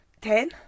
ten